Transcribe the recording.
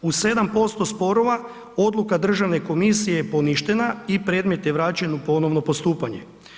U 7% sporova odluka Državne komisije je poništena i predmet je vraćen u ponovno postupanje.